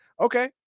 Okay